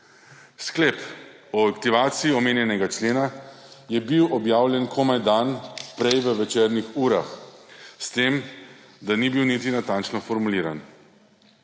Sklep o aktivaciji omenjenega člena je bil objavljen komaj dan prej v večernih urah, s tem da ni bil niti natančno formuliran.